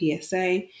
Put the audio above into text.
PSA